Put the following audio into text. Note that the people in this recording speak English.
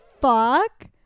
fuck